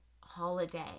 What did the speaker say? holiday